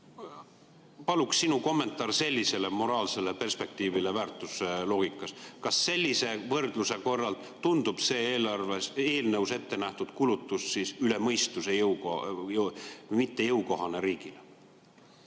Paluksin sinu kommentaari sellisele moraalsele perspektiivile väärtusloogikas. Kas sellise võrdluse korral tundub see eelnõus ettenähtud kulutus üle mõistuse mittejõukohane riigile?